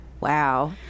Wow